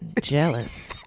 jealous